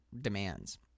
Demands